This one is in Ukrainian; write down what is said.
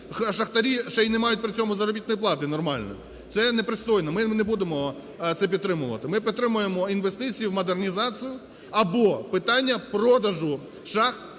Шахтарі ще й не мають при цьому заробітної плати нормальної. Це є непристойно, ми не будемо це підтримувати. Ми підтримуємо інвестицію в модернізацію або питання продажу шахт,